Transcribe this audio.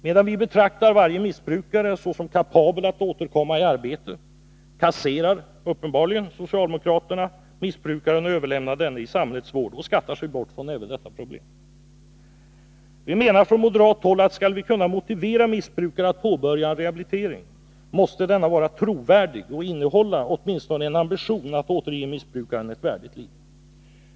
Medan vi betraktar varje missbrukare såsom kapabel att återkomma i arbete, kasserar uppenbarligen socialdemokraterna missbrukaren och överlämnar denne i samhällets vård. Man skattar sig bort från även detta problem. Vi menar från moderat håll att skall vi kunna motivera missbrukare att påbörja en rehabilitering, måste denna vara trovärdig och innehålla åtminstone en ambition att återge missbrukaren ett värdigt liv.